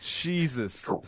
Jesus